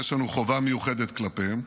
יש לנו חובה מיוחדת כלפיהם.